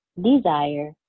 desire